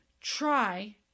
try